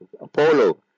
Apollo